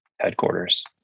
headquarters